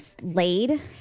laid